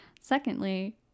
secondly